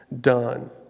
done